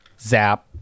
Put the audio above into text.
zap